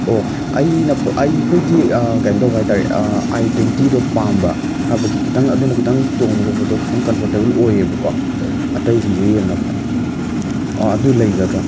ꯑꯣ ꯑꯩꯅ ꯑꯩ ꯑꯩꯈꯣꯏꯗꯤ ꯀꯩꯅꯣ ꯇꯧꯕ ꯍꯥꯏ ꯇꯥꯔꯦ ꯑꯥꯏ ꯇ꯭ꯋꯦꯟꯇꯤꯗꯨꯨ ꯄꯥꯝꯕ ꯍꯥꯏꯕꯗꯤ ꯈꯤꯇꯪ ꯑꯗꯨꯅ ꯈꯤꯇꯪ ꯇꯣꯡꯕ ꯈꯣꯠꯄꯗꯣ ꯈꯤꯇꯪ ꯀꯝꯐꯣꯔꯇꯦꯕꯜ ꯑꯣꯏꯌꯦꯕꯀꯣ ꯑꯇꯩꯁꯤꯡꯁꯤꯒ ꯌꯦꯡꯅꯕꯗ ꯑꯗꯨ ꯂꯩꯒꯗ꯭ꯔꯥ